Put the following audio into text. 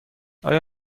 آیا